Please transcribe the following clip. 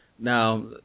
Now